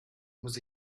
muss